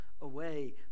away